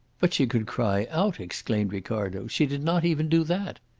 but she could cry out, exclaimed ricardo. she did not even do that!